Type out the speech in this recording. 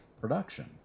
production